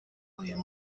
uyu